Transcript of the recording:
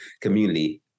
community